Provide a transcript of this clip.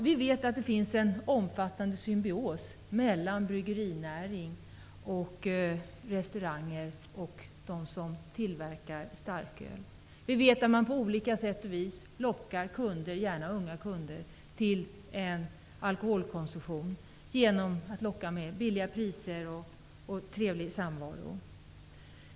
Vi vet att det finns en omfattande symbios mellan bryggerinäring -- de som tillverkar starköl -- och restauranger. Vi vet att man på olika sätt lockar kunder -- gärna unga -- till en alkoholkonsumtion genom att lova billiga priser och trevlig samvaro.